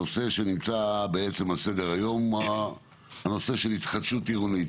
הנושא שנמצא בעצם על סדר-היום הוא הנושא של התחדשות עירונית.